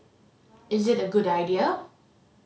is it a good idea